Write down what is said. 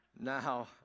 Now